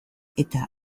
eta